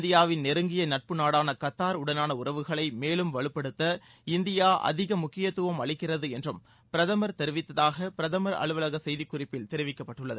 இந்தியாவின் நெருங்கிய நட்பு நாடான கத்தாருடனான உறவுகளை மேலும் வலுப்படுத்த இந்தியா அதிக முக்கியத்துவம் அளிக்கிறது என்றும் பிரதமர் தெரிவித்ததாக பிரதமர் அலுவலக செய்திக்குறிப்பில் தெரிவிக்கப்பட்டுள்ளது